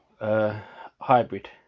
Hybrid